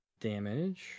damage